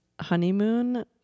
honeymoon